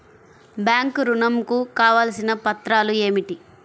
Bank ఋణం కు కావలసిన పత్రాలు ఏమిటి?